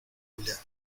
julia